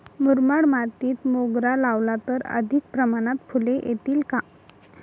मुरमाड मातीत मोगरा लावला तर अधिक प्रमाणात फूले येतील का?